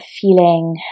feeling